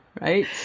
right